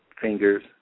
fingers